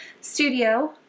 studio